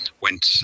went